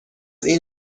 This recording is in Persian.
این